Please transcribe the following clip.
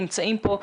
נמצאים פה,